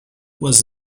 was